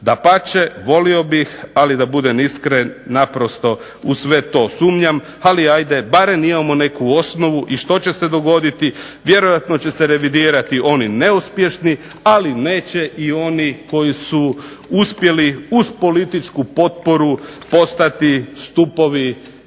Dapače volio bih, ali da budem iskren naprosto u sve to sumnjam, ali ajde barem imamo neku osnovu i što će se dogoditi, vjerojatno će se revidirati oni neuspješni, ali neće i oni koji su uspjeli uz političku potporu postati stupovi